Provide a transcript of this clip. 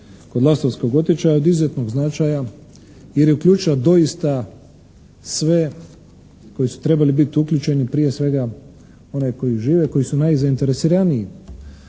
kod Lastovskog otočja od izuzetnog je značaja jer je uključila sve koji su trebali biti uključeni prije svega oni koji žive, koji su najzainteresiraniji